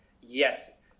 yes